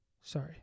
Sorry